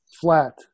flat